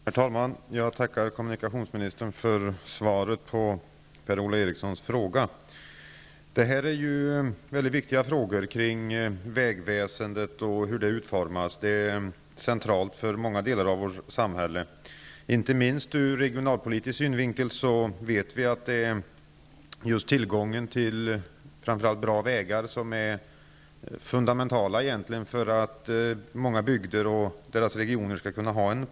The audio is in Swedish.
Herr talman! Jag tackar kommunikationsministern för svaret på Per-Ola Erikssons fråga. Det handlar här om mycket viktiga frågor för vägväsendet och dess utformning. Det är centralt för många delar av vårt samhälle. Inte minst ur regionalpolitisk synvinkel vet vi att tillgången till framför allt bra vägar är fundamental för en positiv utveckling i många bygder och regioner.